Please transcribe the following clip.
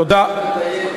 תודה.